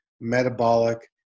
metabolic